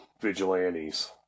vigilantes